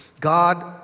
God